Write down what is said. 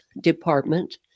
department